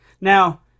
Now